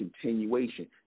continuation